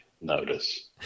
notice